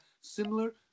similar